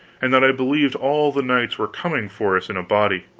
and that i believed all the knights were coming for us in a body.